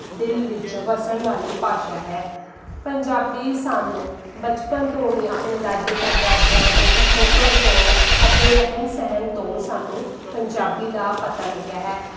ਦਿਲ ਵਿੱਚ ਵਸਣ ਵਾਲੀ ਭਾਸ਼ਾ ਹੈ ਪੰਜਾਬੀ ਸਾਨੂੰ ਬਚਪਨ ਤੋਂ ਹੀ ਆਪਣੇ ਦਾਦੇ ਪਰਦਾਦਿਆਂ ਦੇ ਪਿਛੋਕੜ ਤੋਂ ਅਤੇ ਰਹਿਣ ਸਹਿਣ ਤੋਂ ਸਾਨੂੰ ਪੰਜਾਬੀ ਦਾ ਪਤਾ ਲੱਗਿਆ ਹੈ